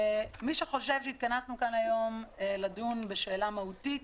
מי שחושב שהתכנסנו כאן היום לדון בשאלה מהותית